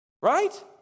Right